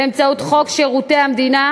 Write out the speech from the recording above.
באמצעות חוק שירות המדינה